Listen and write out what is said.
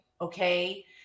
Okay